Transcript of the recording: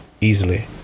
easily